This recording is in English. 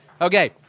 Okay